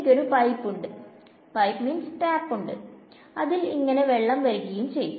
എനിക്കൊരു പൈപ്പ് ഉണ്ട് അതിൽ ഇങ്ങനെ വെള്ളം വരികയും ചെയ്യും